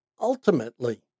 Ultimately